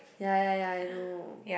ya ya ya I know